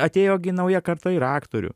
atėjo gi nauja karta ir aktorių